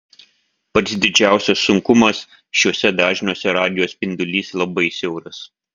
pats didžiausias sunkumas šiuose dažniuose radijo spindulys labai siauras